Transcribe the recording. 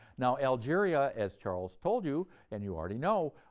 now algeria, as charles told you and you already know,